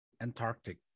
Antarctic